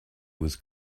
was